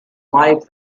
wife